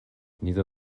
nieser